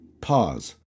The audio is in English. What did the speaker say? Pause